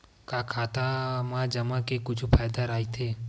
का खाता मा जमा के कुछु फ़ायदा राइथे?